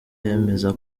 yemeza